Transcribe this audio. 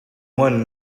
one